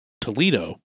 Toledo